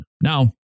Now